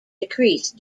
decrease